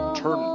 turn